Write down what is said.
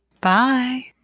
Bye